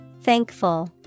Thankful